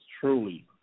truly